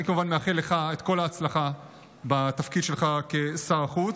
אני כמובן מאחל לך את כל ההצלחה בתפקיד שלך כשר החוץ,